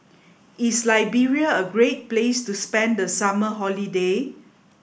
is Liberia a great place to spend the summer holiday